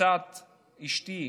מצד אשתי,